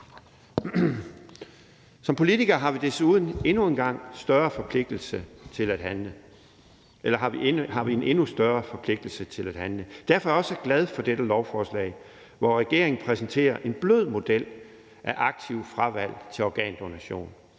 Som politikere har vi desuden en endnu større forpligtelse til at handle. Derfor er jeg også glad for dette beslutningsforslag, hvor regeringen præsenterer en blød model om aktivt fravalg til organdonation.